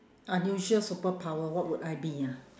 unusual superpower what would I be ah